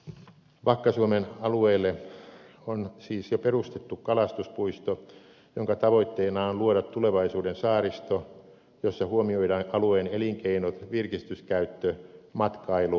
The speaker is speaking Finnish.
vakka suomen alueelle on siis jo perustettu kalastuspuisto jonka tavoitteena on luoda tulevaisuuden saaristo jossa huomioidaan alueen elinkeinot virkistyskäyttö matkailu ja suojelutarpeet